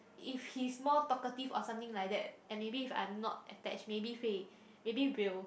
if he's more talkative or something like that and maybe if I'm not attached maybe 会 maybe will